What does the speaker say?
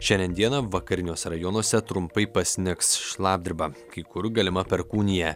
šiandien dieną vakariniuose rajonuose trumpai pasnigs šlapdriba kai kur galima perkūnija